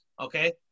Okay